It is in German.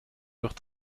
durch